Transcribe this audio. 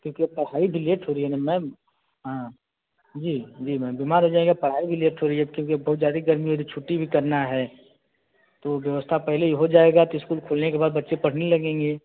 क्योंकि अब पढ़ाई भी लेट हो रही ना मैम हाँ जी जी मैम बीमार जाएगा पढ़ाई भी लेट हो रही है क्योंकि बहुत ज़्यादा गर्मी हो रही छुट्टी भी करना है तो व्यवस्था पहले ही हो जाएगा तो स्कूल खुलने के बाद बच्चे पढ़ने लगेंगे